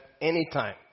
anytime